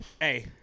Hey